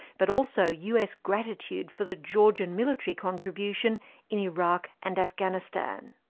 but also us gratitude for the georgia and military contribution in iraq and afghanistan.